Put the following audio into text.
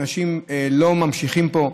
אנשים לא ממשיכים פה,